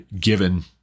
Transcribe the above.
given